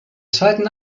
zweiten